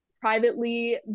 privately